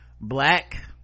black